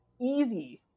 easy